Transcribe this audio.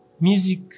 music